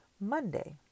Monday